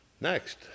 Next